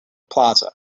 plaza